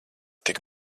tik